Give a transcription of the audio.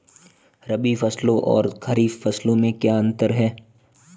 रबी फसलों और खरीफ फसलों में क्या अंतर है?